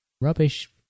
rubbish